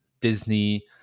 Disney